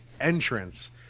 Entrance